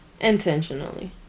intentionally